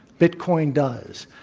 bitcoin does.